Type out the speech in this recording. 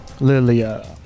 Lilia